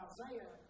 Isaiah